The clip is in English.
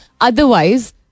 Otherwise